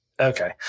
okay